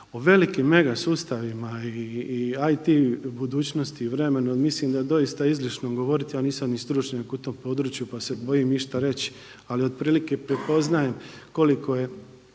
O velikim mega sustavima i IT budućnosti i vremenu mislim da doista izlično govoriti, a nisam ni stručnjak u tom području pa se bojim išta reći, ali otprilike prepoznajem koliko je